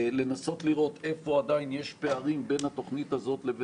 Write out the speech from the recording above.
לנסות לראות איפה עדיין יש פערים בין התכנית הזאת לבין